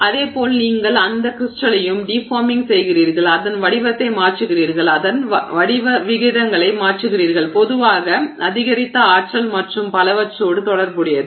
இதேபோல் நீங்கள் அந்த கிரிஸ்டலையும் டிஃபார்மிங் செய்கிறீர்கள் அதன் வடிவத்தை மாற்றுகிறீர்கள் அதன் வடிவ விகிதங்களை மாற்றுகிறீர்கள் பொதுவாக அதிகரித்த ஆற்றல் மற்றும் பலவற்றோடு தொடர்புடையது